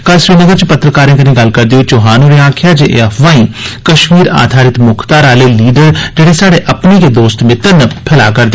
कल श्रीनगर च पत्रकारें कन्नै गल्ल करदे होई चौहान आक्खेआ जे एह् अफवाई कश्मीर आघारित मुक्ख धारा आले लीडर जेड़े स्हाड़े अपने गै दोस्त मित्र न फैला करदे